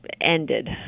ended